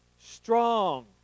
Strong